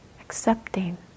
accepting